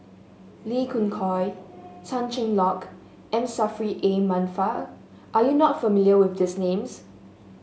Lee Khoon Choy Tan Cheng Lock M Saffri A Manaf are you not familiar with these names